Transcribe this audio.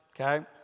okay